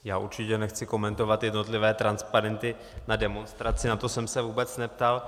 Já určitě nechci komentovat jednotlivé transparenty na demonstraci, na to jsem se vůbec neptal.